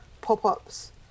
pop-ups